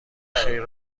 خیر